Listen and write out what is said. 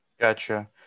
Gotcha